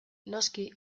noski